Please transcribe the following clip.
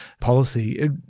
policy